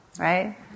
right